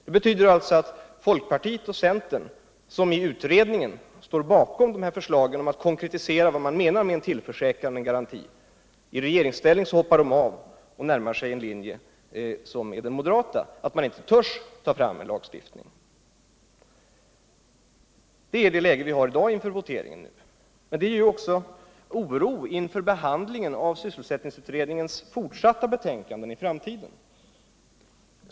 Det betyder alltså att folkpartiet och centern, vilka i utredningen står bakom förslaget om att konkretisera vad man menar med tillförsäkran, garanti, i regeringsställning hoppar av och närmar sig moderaternas linje. Man törs inte medverka till en lagstiftning. Det är läget i dag inför voteringen. Det inger oro inför behandlingen av sysselsättningsutredningens betänkande även i framtiden.